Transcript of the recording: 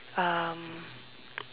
um